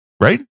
right